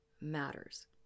matters